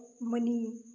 money